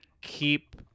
keep